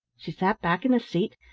she sat back in the seat,